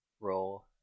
role